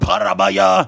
Parabaya